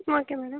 okay madam